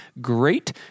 great